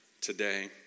today